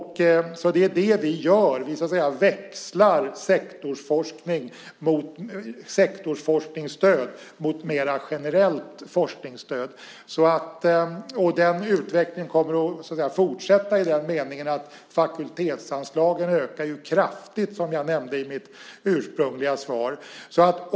Det är det vi gör. Vi växlar sektorsforskningsstöd mot mer generellt forskningsstöd. Den utvecklingen kommer att fortsätta i den meningen att fakultetsanslagen kraftigt ökar, som jag nämnde i mitt ursprungliga svar.